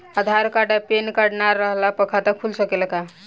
आधार card आ PAN card ना रहला पर खाता खुल सकेला का?